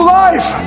life